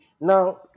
now